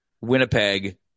Winnipeg